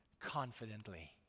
confidently